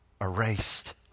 erased